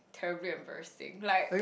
terribly embarrassing like